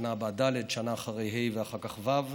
שנה הבאה, ד', שנה אחרי, ה', ואחר כך, ו'.